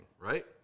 right